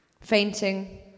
Fainting